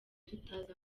tutazi